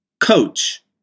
Coach